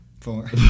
Four